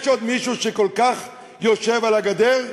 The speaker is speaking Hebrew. יש עוד מישהו שכל כך יושב על הגדר?